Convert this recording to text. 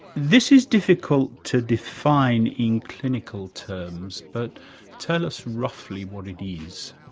this is difficult to define in clinical terms, but tell us roughly what it is.